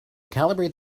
calibrate